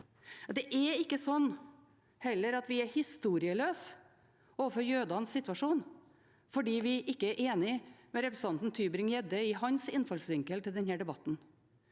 heller ikke slik at vi er historieløse overfor jødenes situasjon fordi vi ikke er enig i representanten Tybring-Gjeddes innfallsvinkel til denne debatten.